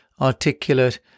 articulate